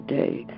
day